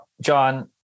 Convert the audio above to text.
John